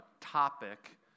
topic